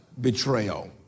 Betrayal